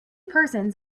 persons